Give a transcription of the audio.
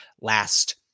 last